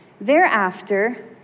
thereafter